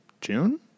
June